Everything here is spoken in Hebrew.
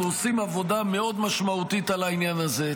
אנחנו עושים עבודה מאוד משמעותית על העניין הזה.